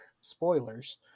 spoilers